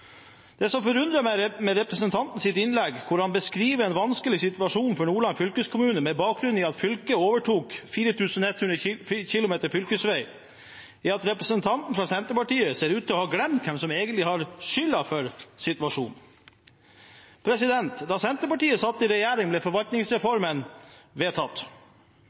Det som forundrer meg med representantens innlegg, hvor han beskriver en vanskelig situasjon for Nordland fylkeskommune på bakgrunn av at fylket overtok 4 100 km fylkesvei, er at representanten fra Senterpartiet ser ut til å ha glemt hvem som egentlig har skylda for situasjonen. Da Senterpartiet satt i regjering, ble forvaltningsreformen vedtatt